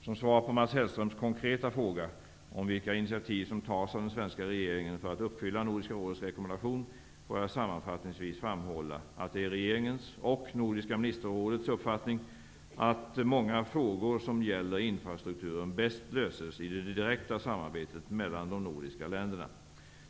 Som svar på Mats Hellströms konkreta fråga om vilka initiativ som tas av den svenska regeringen för att uppfylla Nordiska rådets rekommendation får jag sammanfattningsvis framhålla att det är regeringens -- och Nordiska ministerrådets -- uppfattning att många frågor som gäller infrastrukturen bäst löses i det direkta samarbetet mellan de nordiska länderna.